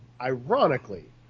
ironically